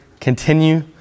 continue